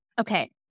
Okay